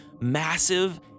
massive